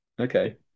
okay